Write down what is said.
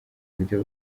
buryo